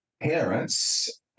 parents